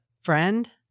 friend